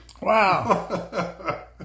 Wow